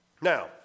Now